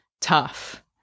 tough